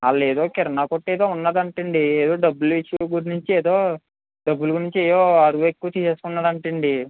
వాళ్ళేదో కిరాణా కొట్టో ఎదో ఉన్నాదంటండి ఎదో డబ్బులు ఇష్యూ గురించి ఎదో డబ్బులు గురించి ఎదో ఆర్గ్యూ ఎక్కువ చేస్తున్నాడంట అండి